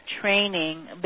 training